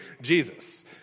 Jesus